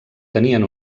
tenien